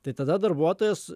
tai tada darbuotojas